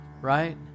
right